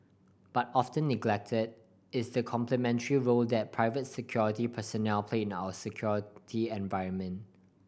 but often neglected is the complementary role that private security personnel play in our security environment